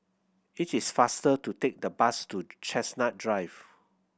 it is faster to take the bus to Chestnut Drive